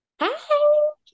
Hi